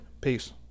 Peace